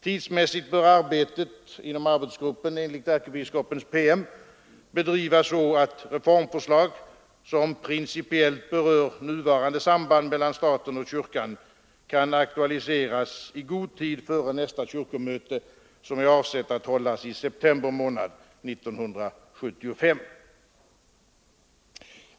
Tidsmässigt bör arbetet inom arbetsgruppen enligt ärkebiskopens PM bedrivas så att reformförslag som principiellt berör nuvarande samband mellan staten och kyrkan kan aktualiseras i god tid före nästa kyrkomöte, som är avsett att hållas i oktober månad 1975.